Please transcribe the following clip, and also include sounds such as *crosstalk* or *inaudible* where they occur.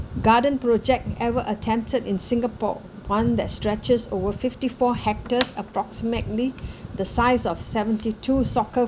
garden project ever attempted in singapore one that stretches over fifty four hectares approximately *breath* the size of seventy two soccer